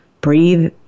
breathe